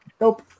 Nope